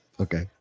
Okay